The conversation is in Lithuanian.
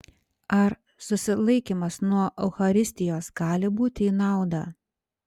ar susilaikymas nuo eucharistijos gali būti į naudą